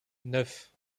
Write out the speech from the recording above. neuf